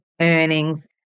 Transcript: earnings